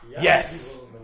yes